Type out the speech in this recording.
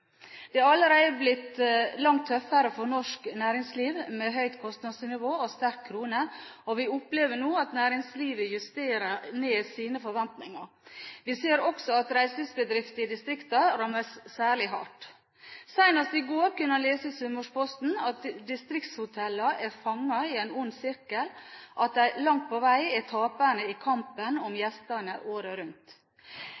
Det har allerede blitt langt tøffere for norsk næringsliv, med høyt kostnadsnivå og sterk krone, og vi opplever nå at næringslivet justerer ned sine forventninger. Vi ser også at reiselivsbedrifter i distriktene rammes særlig hardt. Senest i går kunne en lese i Sunnmørsposten at distriktshotellene er fanget i en ond sirkel, at de langt på vei er taperne i kampen om